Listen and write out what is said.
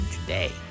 today